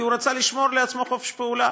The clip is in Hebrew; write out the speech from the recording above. כי הוא רצה לשמור לעצמו חופש פעולה.